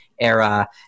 era